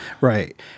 Right